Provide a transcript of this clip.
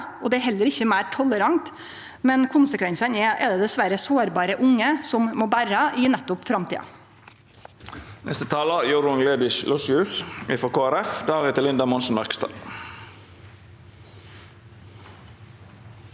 Det er heller ikkje meir tolerant. Konsekvensane er det dessverre sårbare unge som må bere, i nettopp framtida.